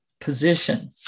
position